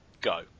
go